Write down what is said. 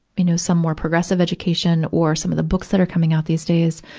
you know, some more progressive education or some of the books that are coming out these days.